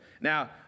Now